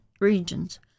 regions